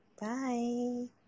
bye